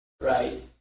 right